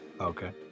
Okay